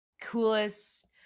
coolest